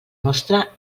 mostra